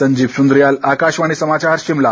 संजीव सुन्द्रियाल आकाशवाणी समाचार शिमला